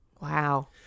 Wow